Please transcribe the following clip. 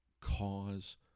cause